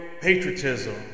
patriotism